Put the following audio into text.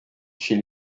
chez